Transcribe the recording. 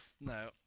no